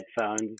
headphones